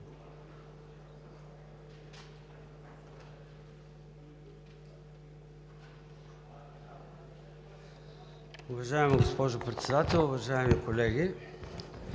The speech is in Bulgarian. Уважаема госпожо Председател, уважаеми колеги